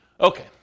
Okay